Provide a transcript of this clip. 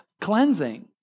cleansing